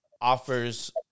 offers